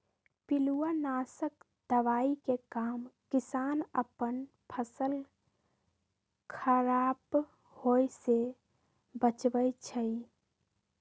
पिलुआ नाशक दवाइ के काम किसान अप्पन फसल ख़राप होय् से बचबै छइ